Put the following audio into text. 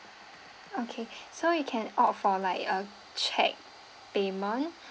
okay so you can opt for like uh cheque payment